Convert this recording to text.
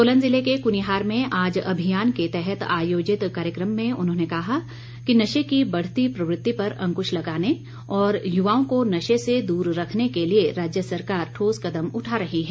सोलन जिले के कुनिहार में आज अभियान के तहत आयोजित कार्यक्रम में उन्होंने कहा कि नशे की बढ़ती प्रवृत्ति पर अंकुश लगाने और युवाओं को नशे से दूर रखने के लिए राज्य सरकार ठोस कदम उठा रही है